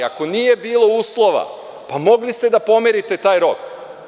Ako nije bilo uslova, mogli ste da pomerite taj rok.